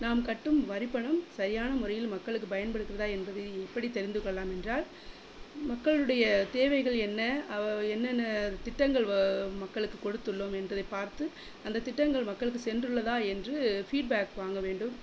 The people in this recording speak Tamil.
நாம் கட்டும் வரி பணம் சரியான முறையில் மக்களுக்கு பயன்படுகிறதா என்பது எப்படி தெரிந்துக்கொள்லாம் என்றால் மக்களுடைய தேவைகள் என்ன அவ என்னென்ன திட்டங்கள் வ மக்களுக்கு கொடுத்துள்ளோம் என்பதை பார்த்து அந்த திட்டங்கள் மக்களுக்கு சென்றுள்ளதா என்று ஃபீட் பேக் வாங்க வேண்டும்